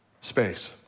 space